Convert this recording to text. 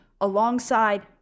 alongside